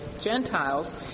Gentiles